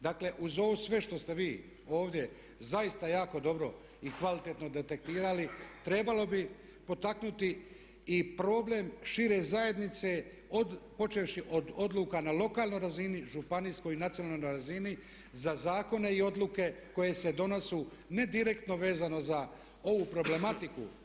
Dakle, uz ovo sve što ste vi ovdje zaista jako dobro i kvalitetno detektirali trebalo bi potaknuti i problem šire zajednice počevši od odluka na lokalnoj razini, županijskoj, nacionalnoj razini za zakone i odluke koje se donosu ne direktno vezano za ovu problematiku.